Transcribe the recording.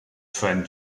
friend